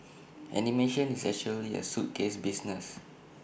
animation is actually A suitcase business